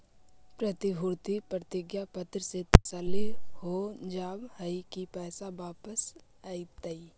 प्रतिभूति प्रतिज्ञा पत्र से तसल्ली हो जावअ हई की पैसा वापस अइतइ